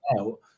out